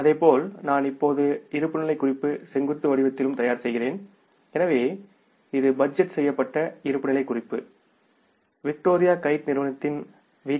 அதேபோல் நான் இப்போது இருப்புநிலை குறிப்பு செங்குத்து வடிவத்திலும் தயார் செய்கிறேன் எனவே இது பட்ஜெட் செய்யப்பட்ட இருப்புநிலை குறிப்பு விக்டோரியா கைட் நிறுவனத்தின் வி